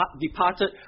departed